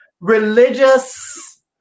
religious